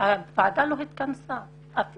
אבל הוועדה לא התכנסה.